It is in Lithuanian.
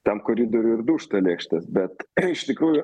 ten koridoriuj ir dūžta lėkštės bet iš tikrųjų